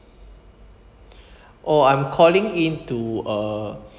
oh I'm calling in to uh